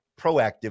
proactive